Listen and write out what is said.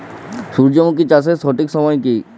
সূর্যমুখী চাষের সঠিক সময় কি?